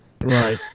Right